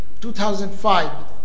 2005